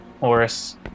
Morris